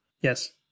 Yes